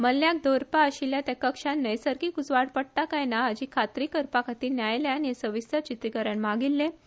मल्ल्याक दवरपा आशिल्ल्या त्या कक्षात नैसर्गिक उजवाड पडटा काय ना हाची खात्री करपा खातीर न्यायालयान हे सविस्तर चित्रिकरण मागिछे